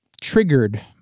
triggered